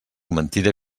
mentida